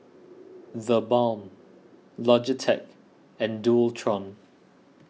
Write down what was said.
the Balm Logitech and Dualtron